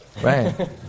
Right